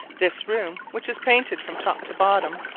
this room, which is painted from top to bottom,